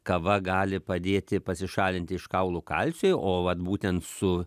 kava gali padėti pasišalinti iš kaulų kalciui o vat būtent su